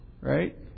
Right